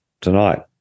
tonight